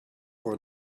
for